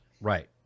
Right